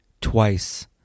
twice